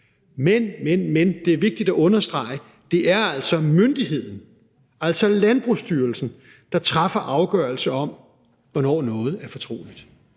Men, men, men det er vigtigt at understrege, at det altså er myndigheden, altså Landbrugsstyrelsen, der træffer afgørelse om, hvornår noget er fortroligt.